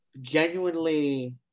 genuinely